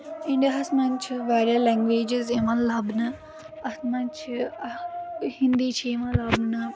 India ہَس منٛز چھِ واریاہ لنٛگویجِز یِوان لَبنہٕ اَتھ منٛز چھِ ٲں ہِنٛدی چھِ یِوان لَبنہٕ